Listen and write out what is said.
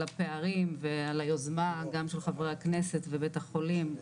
על הפערים ועל היוזמה גם של חברי הכנסת ובית החולים,